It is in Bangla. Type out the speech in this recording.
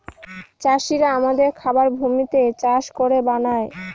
চাষিরা আমাদের খাবার ভূমিতে চাষ করে বানায়